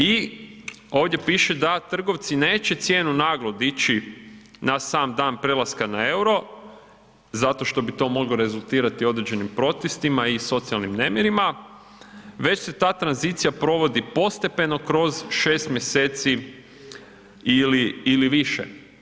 I ovdje piše da trgovci neće naglo dići na sam dan prelaska na EUR-o zato što bi to moglo rezultirati određenim protestima i socijalnim nemirima, već se ta tranzicija provodi postepeno kroz 6 mjeseci ili više.